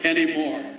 Anymore